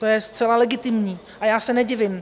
To je zcela legitimní a já se nedivím.